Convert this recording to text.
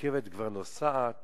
הרכבת כבר נוסעת